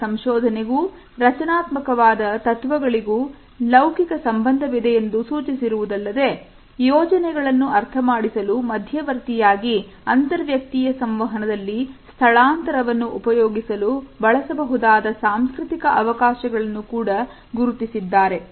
ಅವರ ಸಂಶೋಧನೆಗೂ ರಚನಾತ್ಮಕವಾದ ತತ್ವಗಳಿಗೂ ಲವ್ಕಿಕ ಸಂಬಂಧವಿದೆಯೆಂದು ಸೂಚಿಸಿರುವುದಲ್ಲದೆ ಯೋಜನೆಗಳನ್ನು ಅರ್ಥಮಾಡಿಸಲು ಮಧ್ಯವರ್ತಿಯಾಗಿ ಅಂತರ್ ವ್ಯಕ್ತಿಯ ಸಂವಹನದಲ್ಲಿ ಸ್ಥಳಾಂತರವನ್ನು ಉಪಯೋಗಿಸಲು ಬಳಸಬಹುದಾದ ಸಾಂಸ್ಕೃತಿಕ ಅವಕಾಶಳನ್ನು ಕೂಡ ಗುರುತಿಸಿದ್ದಾರೆ